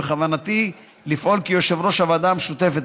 בכוונתי לפעול כיושב-ראש הוועדה המשותפת,